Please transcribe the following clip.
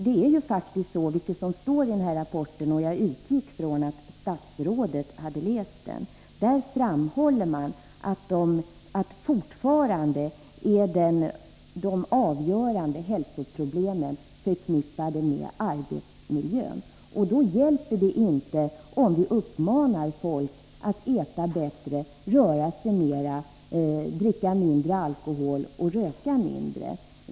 Det är ju faktiskt så, vilket står i rapporten — och jag utgick ifrån att statsrådet hade läst den — att fortfarande är de avgörande hälsoproblemen förknippade med arbetsmiljön. Då hjälper det inte om vi uppmanar folk att äta bättre, röra sig mera, dricka mindre alkohol och röka mindre.